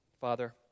Father